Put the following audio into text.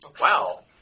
Wow